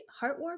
heartwarming